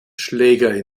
schläger